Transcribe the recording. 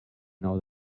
know